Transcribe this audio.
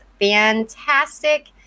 fantastic